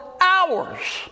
hours